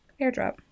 Airdrop